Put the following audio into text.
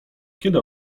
kiedy